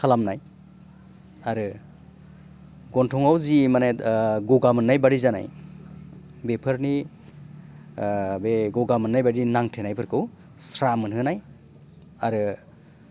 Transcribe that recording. खालामनाय आरो गन्थङाव जि माने गगा मोननायबादि जानाय बेफोरनि बे गगा मोननायबादि नांथेनायखौ स्रा मोनहोनाय आरो